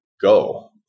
go